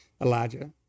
Elijah